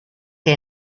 que